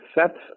sets